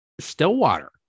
Stillwater